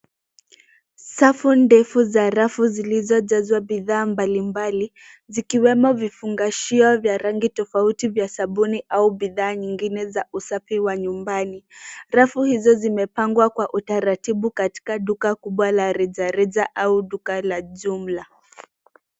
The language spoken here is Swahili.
Safu ndefu za rafu zilizojazwa bidhaa mbalimbali zikiwemo vifungashia vya rangi tofouti vya sabuni au bidhaa nyingine za usafi wa nyumbani rafu hizo zimepangwa kwa utaratibu katika duka kubwa la rejareja au duka la jumla.